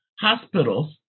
hospitals